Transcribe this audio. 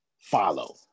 follow